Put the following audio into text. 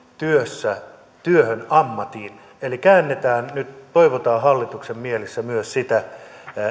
työssä työhön ammatin eli käännetään nyt toivotaan näin hallituksen mielessä myös sitä